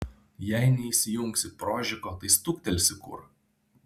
jei neįsijungsi prožiko tai stuktelsi kur